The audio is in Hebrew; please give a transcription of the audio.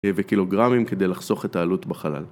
וקילוגרמים כדי לחסוך את העלות בחלל